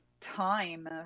time